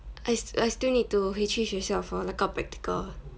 I I still need to 回去学校 for 那个 practical